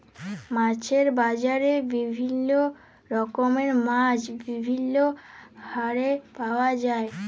মাছের বাজারে বিভিল্য রকমের মাছ বিভিল্য হারে পাওয়া যায়